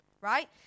right